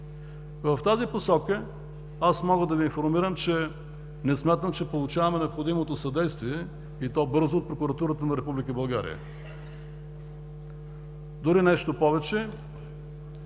В тази посока аз мога да Ви информирам, че не смятам, че получаваме необходимото съдействие, и то бързо, от Прокуратурата на Република България. Дори нещо повече